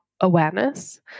awareness